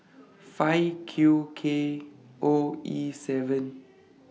five Q K O E seven